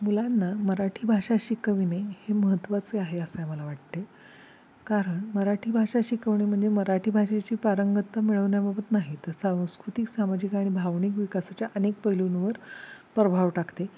मुलांना मराठी भाषा शिकवेणे हे महत्त्वाचे आहे असे मला वाटते कारण मराठी भाषा शिकवणे म्हणजे मराठी भाषेची पारंगतता मिळवण्याबाबत नाही तर सांस्कृतिक सामाजिक आणि भावनिक विकासाच्या अनेक पैलूंवर प्रभाव टाकते